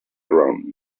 around